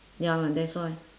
ya lah that's why